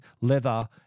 leather